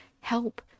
help